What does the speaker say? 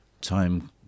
Time